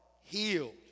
healed